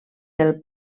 del